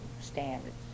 standards